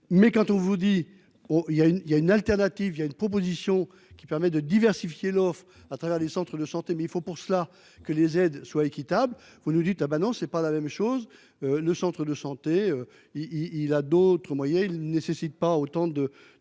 mais quand on vous dit, oh il y a il y a une alternative. Il y a une proposition qui permet de diversifier l'offre, à travers des centres de santé, mais il faut pour cela que les aides soient équitables. Vous nous dites. Ah ben non c'est pas la même chose ne Centre de santé. Il a d'autres moyens. Il nécessite pas autant de